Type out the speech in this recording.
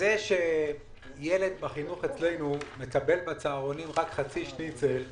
זה שילד בחינוך אצלנו מקבל בצהרונים רק חצי שניצל,